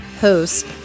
host